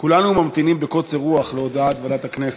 כולנו ממתינים בקוצר רוח להודעת ועדת הכנסת.